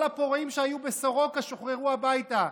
כל הפורעים שהיו בסורוקה שוחררו הביתה,